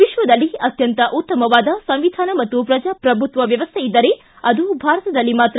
ವಿಶ್ವದಲ್ಲಿ ಅತ್ಯಂತ ಉತ್ತಮವಾದ ಸಂವಿಧಾನ ಮತ್ತು ಪ್ರಜಾಪ್ರಭುತ್ವ ವ್ಯವಸ್ಥೆ ಇದ್ದರೆ ಅದು ಭಾರತದಲ್ಲಿ ಮಾತ್ರ